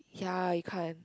ya you can't